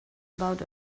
about